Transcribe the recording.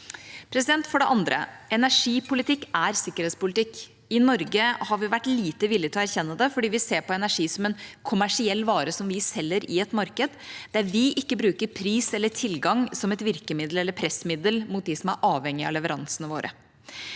For det andre: Energipolitikk er sikkerhetspolitikk. I Norge har vi vært lite villige til å erkjenne det, for vi ser på energi som en kommersiell vare vi selger i et marked, der vi ikke bruker pris eller tilgang som et virkemiddel eller pressmiddel mot dem som er avhengige av leveransene våre.